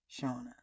Shauna